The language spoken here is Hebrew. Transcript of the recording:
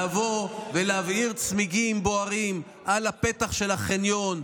לבוא ולהבעיר צמיגים על הפתח של החניון,